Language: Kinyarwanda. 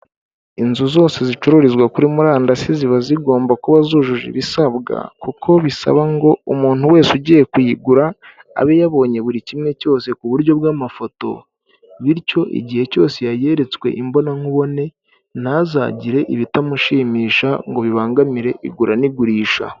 Inzu zose zicururizwa kuri murandasi ziba zigomba kuba zujuje ibisabwa kuko bisaba ngo umuntu wese ugiye kuyigura abe yabonye buri kimwe cyose ku buryo bw'amafoto bityo igihe cyose yayeretswe imbonankubone ntazagire ibitamushimisha ngo bibangamire igura n'igurisha.